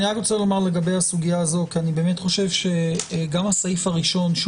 לגבי הסוגיה הזאת אני באמת חושב שגם הסעיף הראשון שהוא